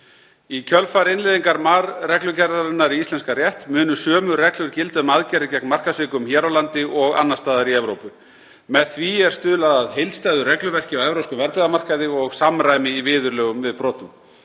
Í kjölfar innleiðingar MAR-reglugerðarinnar í íslenskan rétt munu sömu reglur gilda um aðgerðir gegn markaðssvikum hér á landi og annars staðar í Evrópu. Með því er stuðlað að heildstæðu regluverki á evrópskum verðbréfamarkaði og samræmi í viðurlögum við brotum.